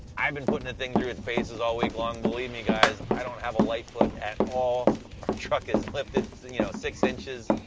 i've been putting the thing through its paces all week long. believe me, guys, i don't have a light foot at all. the truck is lifted you know six inches.